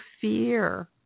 fear